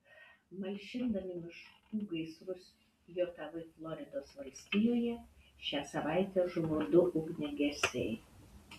malšindami miškų gaisrus jav floridos valstijoje šią savaitę žuvo du ugniagesiai